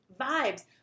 vibes